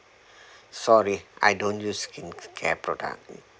sorry I don't use skincare product